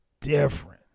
different